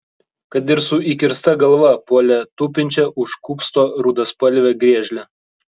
kad ir su įkirsta galva puolė tupinčią už kupsto rudaspalvę griežlę